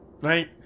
right